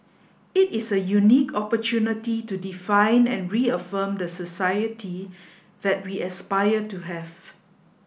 it is a unique opportunity to define and reaffirm the society that we aspire to have